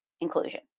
inclusion